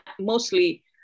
mostly